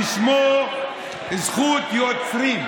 שימו לב למה שקורה פה.